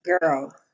Girl